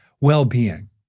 well-being